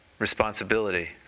Responsibility